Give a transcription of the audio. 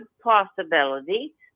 possibility